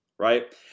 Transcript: right